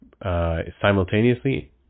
Simultaneously